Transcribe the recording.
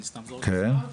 אני סתם זורק מספר,